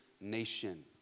nation